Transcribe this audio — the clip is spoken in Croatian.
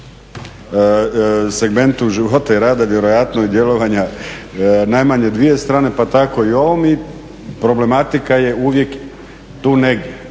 segmentu života i rada vjerojatno i djelovanja najmanje dvije strane pa tako i u ovom i problematika je uvijek tu negdje.